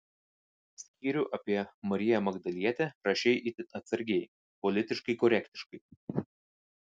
skyrių apie mariją magdalietę rašei itin atsargiai politiškai korektiškai